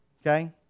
okay